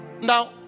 Now